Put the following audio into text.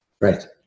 Right